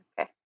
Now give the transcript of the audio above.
Okay